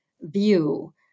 view